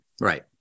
right